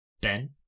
Ben